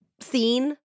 scene